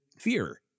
fear